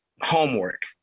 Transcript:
homework